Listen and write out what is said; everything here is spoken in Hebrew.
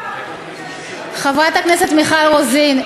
חברת הכנסת מיכל רוזין,